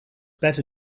better